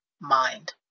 mind